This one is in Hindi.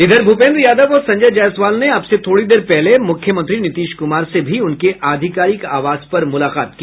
इधर भूपेन्द्र यादव और संजय जायसवाल ने अब से थोड़ी देर पहले मुख्यमंत्री नीतीश कुमार से भी उनके आधिकरिक आवास पर मुलाकात की